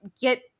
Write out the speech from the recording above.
get